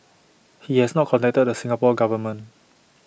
he has not contacted the Singapore Government